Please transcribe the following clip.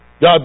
God